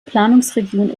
planungsregion